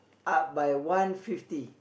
up by one fifty